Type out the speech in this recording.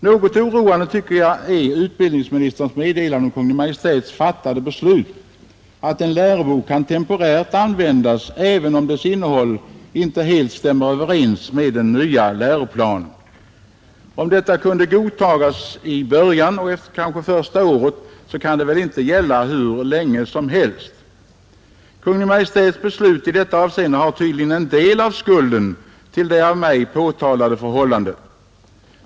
Något oroväckande finner jag utbildningsministerns meddelande om Kungl. Maj:ts fattade beslut, att en lärobok kan temporärt användas även om dess innehåll inte helt stämmer överens med den nya läroplanen. Om detta kunde godtas i början, kanske första året, så kan det väl inte gälla hur länge som helst. Kungl. Maj:ts beslut i detta avseende har tydligen en del av skulden till det av mig påtalade förhållandet.